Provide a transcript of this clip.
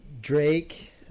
Drake